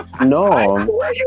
no